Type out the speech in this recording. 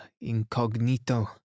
incognito